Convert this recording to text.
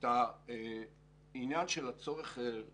תפקידנו כאן,